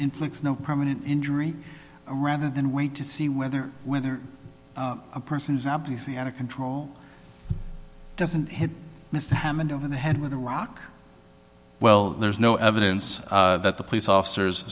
inflicts no permanent injury rather than wait to see whether whether a person is obviously out of control doesn't hit mr hammond over the head with a rock well there's no evidence that the police officers